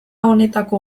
honetako